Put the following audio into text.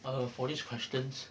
uh for this questions